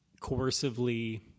coercively